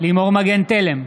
לימור מגן תלם,